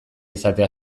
izatea